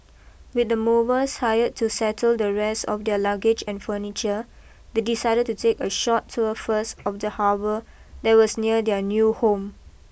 with the movers hired to settle the rest of their luggage and furniture they decided to take a short tour first of the harbour that was near their new home